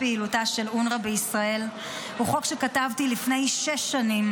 פעילותה של אונר"א בישראל הוא חוק שכתבתי לפני שש שנים.